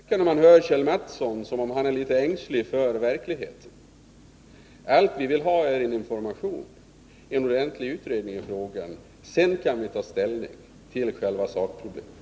Herr talman! När man hör Kjell Mattsson verkar det som om han är litet ängslig för verkligheten. Det enda som vi önskar är information, en ordentlig utredning i frågan. Sedan kan vi ta ställning till själva sakproblemet.